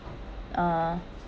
uh